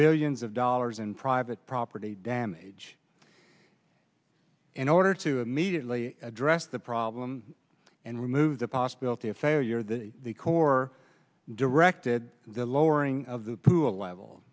billions of dollars in private property damage in order to immediately address the problem and remove the possibility of failure that the corps directed the lowering of the pool level